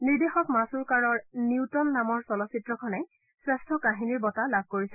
নিৰ্দেশক মাছুৰকাৰৰ নিউটন নামৰ চলচ্চিত্ৰখনে শ্ৰেষ্ঠ কাহিনীৰ বঁটা লাভ কৰিছে